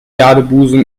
jadebusen